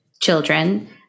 children